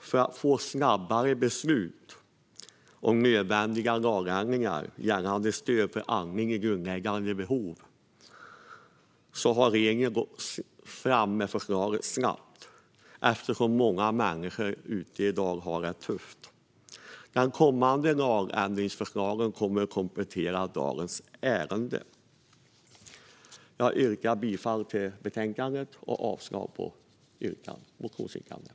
För att få snabbare beslut om nödvändiga lagändringar gällande stöd för andning som grundläggande behov går dock regeringen fram med detta förslag snabbt. Det är nämligen många människor där ute som har det tufft i dag. De kommande lagändringsförslagen kommer att komplettera dagens ärende. Jag yrkar bifall till förslaget i betänkandet och avslag på motionsyrkandena.